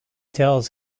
tells